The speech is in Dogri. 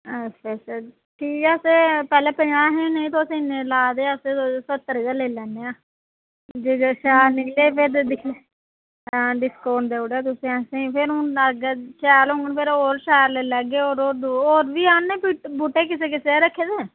अच्छा अच्छा ठीक ऐ पैह्ले पंजाह् हे तुस इन्ने ला दे अस सह्त्तर गै लेई लैन्ने आं जेकर शैल निकले दिक्खगे